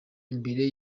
imbere